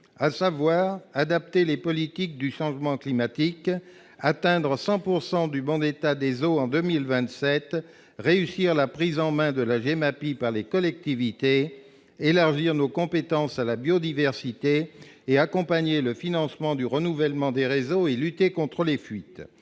à savoir adapter les politiques du changement climatique atteindra 100 pourcent du du bon état des eaux en 2027 réussir la prise en main de la vie m'a pris par les collectivités élargir nos compétences à la biodiversité et accompagner le financement du renouvellement des réseaux et lutter contre les fuites,